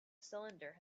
cylinder